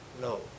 No